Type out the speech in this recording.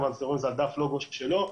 ותראו שזה על דף לוגו שלו,